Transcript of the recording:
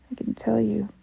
can tell you.